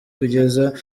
kugeza